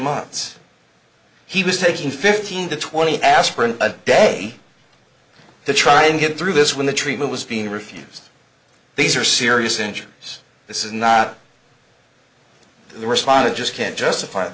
months he was taking fifteen to twenty aspirin a day to try and get through this when the treatment was being refused these are serious injuries this is not they responded just can't justify